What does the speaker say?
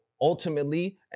ultimately